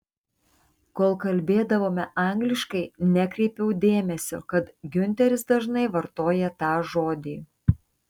kol kalbėdavome angliškai nekreipiau dėmesio kad giunteris dažnai vartoja tą žodį